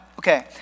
okay